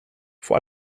vor